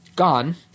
Gone